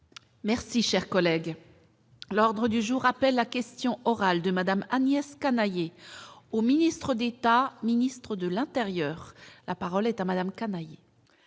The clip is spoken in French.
Merci, cher collègue. L'ordre du jour appelle la question orale de Madame Agnès Canayer au ministre d'État, ministre de l'Intérieur, la parole est à madame canaille.